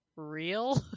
Real